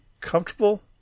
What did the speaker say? comfortable